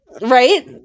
right